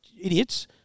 idiots